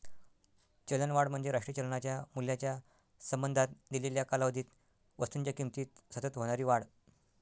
चलनवाढ म्हणजे राष्ट्रीय चलनाच्या मूल्याच्या संबंधात दिलेल्या कालावधीत वस्तूंच्या किमतीत सतत होणारी वाढ